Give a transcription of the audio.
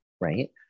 Right